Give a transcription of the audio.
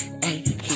Hey